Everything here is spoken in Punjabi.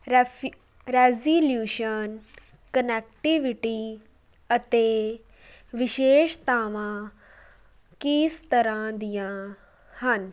ਰੈਫੀ ਰੈਜ਼ੀਲਯੂਸ਼ਨ ਕਨੈਕਟਿਵਿਟੀ ਅਤੇ ਵਿਸ਼ੇਸ਼ਤਾਵਾਂ ਕਿਸ ਤਰ੍ਹਾਂ ਦੀਆਂ ਹਨ